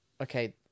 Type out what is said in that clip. Okay